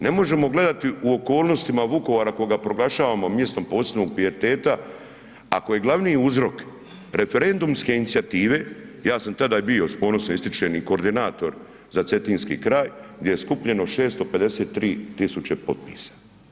Ne možemo gledati u okolnosti Vukovara kojega proglašavamo mjestom posebnog pijeteta ako je glavni uzrok referendumske inicijative, ja sam tada bio i s ponosom ističem i koordinator za cetinski kraj gdje je skupljeno 653.000 potpisa.